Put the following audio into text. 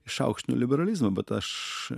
išaukštinu liberalizmą bet aš